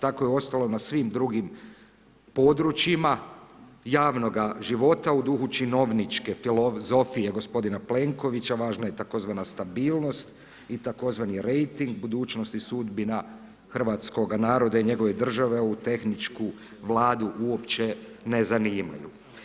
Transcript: Tako je uostalom, na svim drugim područjima javnog života u duhu činovničke filozofije gospodina Plenkovića, važna je tzv. stabilnost i tzv. rejting, budućnost i sudbina hrvatskoga naroda i njegove države ovu tehničku Vladu uopće ne zanimaju.